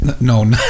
no